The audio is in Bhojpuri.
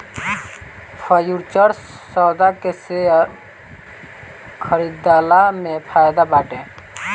फ्यूचर्स सौदा के शेयर खरीदला में फायदा बाटे